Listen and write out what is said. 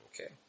Okay